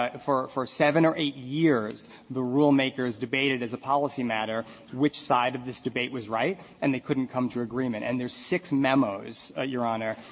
um for for seven or eight years the rule makers debated as a policy matter which side of this debate was right, and they couldn't come to agreement. and there's six memos, ah your honor,